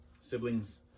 siblings